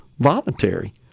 Voluntary